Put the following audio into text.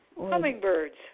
Hummingbirds